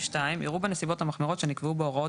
(2)יראו בנסיבות המחמירות שנקבעו בהוראות